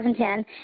2010